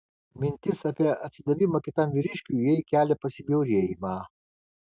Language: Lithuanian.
mintis apie atsidavimą kitam vyriškiui jai kelia pasibjaurėjimą